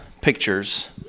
pictures